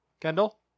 Kendall